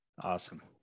Awesome